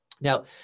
Now